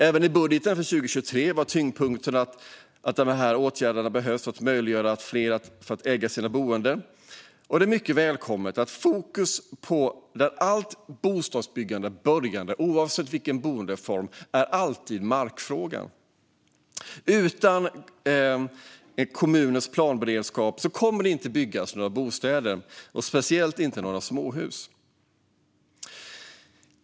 Även i budgeten för 2023 ligger tyngdpunkten på att dessa åtgärder behövs för att möjliggöra för fler att äga sina boenden, och det är mycket välkommet att detta är i fokus. Oavsett boendeform börjar allt bostadsbyggande alltid med markfrågan. Utan kommunernas planberedskap kommer det inte att byggas några bostäder, speciellt inte några småhus.